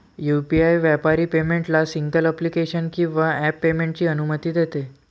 UPI व्यापारी पेमेंटला single application किंवा ॲप पेमेंटची अनुमती देते